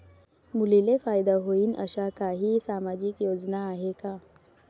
मुलींले फायदा होईन अशा काही सामाजिक योजना हाय का?